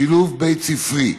שילוב בית ספרי.